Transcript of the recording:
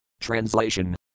Translation